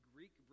Greek